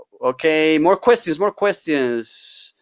okay, more questions, more questions.